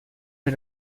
per